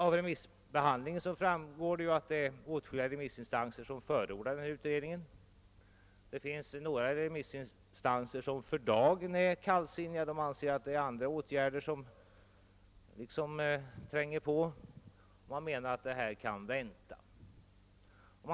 Av remissyttrandena framgår att åtskilliga remissinstanser förordar utredning. Några remissinstanser är för dagen kallsinniga — de anser att andra åtgärder tränger på och behöver vidtagas, medan man kan vänta på detta område.